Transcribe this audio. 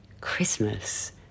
Christmas